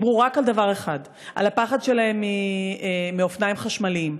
ודיברו רק על דבר אחד: על הפחד שלהם מאופניים חשמליים.